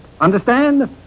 Understand